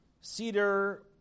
Cedar